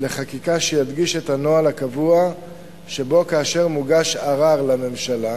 לחקיקה שידגיש את הנוהל הקבוע שבו כאשר מוגש ערר לממשלה